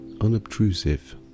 unobtrusive